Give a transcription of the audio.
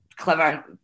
Clever